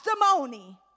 testimony